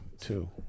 two